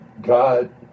God